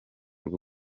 rwo